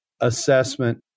assessment